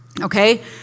okay